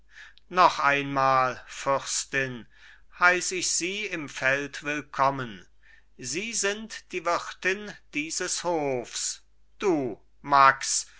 noch einmal fürstin heiß ich sie im feld willkommen sie sind die wirtin dieses hofs du max